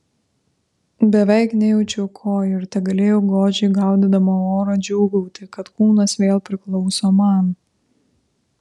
beveik nejaučiau kojų ir tegalėjau godžiai gaudydama orą džiūgauti kad kūnas vėl priklauso man